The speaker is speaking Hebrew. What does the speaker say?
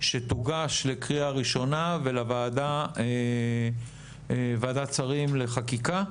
שתוגש לקריאה ראשונה ולוועדת שרים לענייני חקיקה.